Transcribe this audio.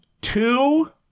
Two